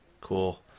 Cool